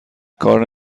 کار